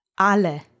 ale